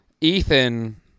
Ethan